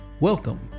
Welcome